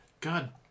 God